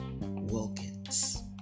Wilkins